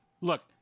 Look